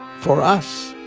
for us.